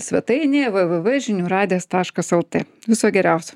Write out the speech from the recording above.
svetainėje v v v žinių radijas taškas lt viso geriausio